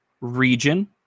region